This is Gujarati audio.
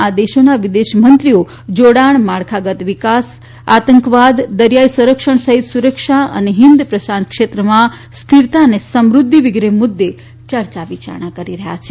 આ દેશોના વિદેશમંત્રીઓ જોડાણ માળખાગત વિકાસ આંતકવાદ દરિયાઇ સંરક્ષણ સહિત સુરક્ષા અને હિન્દ પ્રશાંત ક્ષેત્રમાં સ્થિરતા અને સમૃઘ્યિ વિગેરે મુદ્દે યર્યા વિયારણા કરી રહ્યાં છે